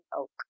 oak